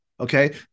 Okay